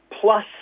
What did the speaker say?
plus